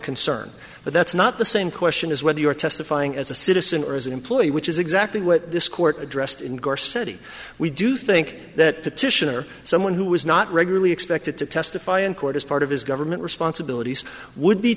concern but that's not the same question is whether you are testifying as a citizen or as an employee which is exactly what this court addressed in ghar city we do think that petitioner someone who was not regularly expected to testify in court as part of his government responsibilities w